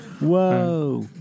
Whoa